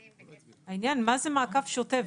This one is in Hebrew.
העניין מה זה מעקב שוטף?